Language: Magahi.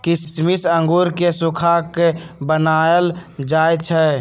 किशमिश अंगूर के सुखा कऽ बनाएल जाइ छइ